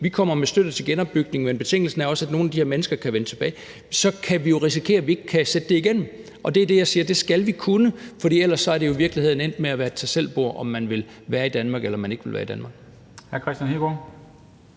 vi kommer med støtte til genopbygning, men at betingelsen også er, at nogle af de her mennesker kan vende tilbage, så kan vi jo risikere, at vi ikke kan sætte det igennem. Og det er det jeg siger at vi skal kunne, for ellers er det jo i virkeligheden endt med at være et tag selv-bord, om man vil være i Danmark, eller om man ikke vil være i Danmark.